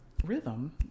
rhythm